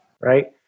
right